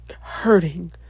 hurting